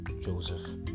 Joseph